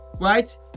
right